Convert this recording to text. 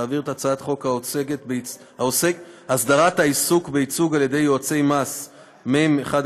להעביר את הצעת חוק הסדרת העיסוק בייצוג על-ידי יועצי מס (תיקון מס׳ 4),